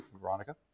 Veronica